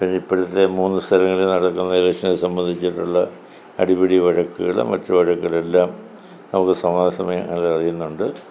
പിന്നെ ഇപ്പോഴത്തെ മൂന്ന് സ്ഥലങ്ങളിൽ നടക്കുന്ന ഇലക്ഷനെ സംബന്ധിച്ചിട്ടുള്ള അടിപിടി വഴക്കുകൾ മറ്റ് വഴക്കുകളെല്ലാം നമുക്ക് സമയാസമയം അത് അറിയുന്നുണ്ട്